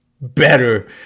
better